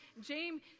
James